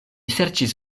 serĉis